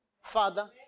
Father